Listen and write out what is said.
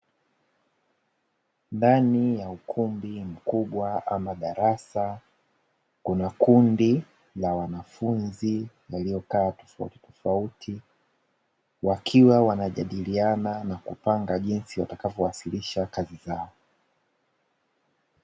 Ndani ya ukumbi mkubwa ama darasa, kuna kundi la wanafunzi waliokaa tofautitofauti, wakiwa wanajadiliana na kupanga jinsi watakavyowasilisha kazi zao.